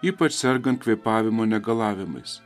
ypač sergant kvėpavimo negalavimais